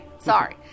Sorry